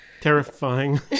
Terrifying